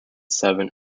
seven